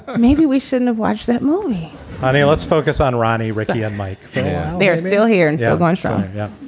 maybe we shouldn't have watched that movie honey, let's focus on ronnie, ricki and mike they're still here and still going strong. yeah